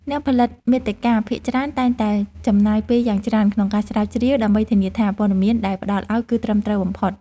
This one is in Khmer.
អ្នកផលិតមាតិកាភាគច្រើនតែងតែចំណាយពេលយ៉ាងច្រើនក្នុងការស្រាវជ្រាវ ដើម្បីធានាថាព័ត៌មានដែលផ្ដល់ឱ្យគឺត្រឹមត្រូវបំផុត។